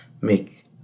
make